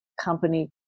company